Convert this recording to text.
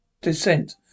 descent